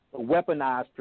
weaponized